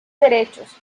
derechos